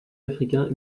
africain